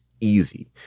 easy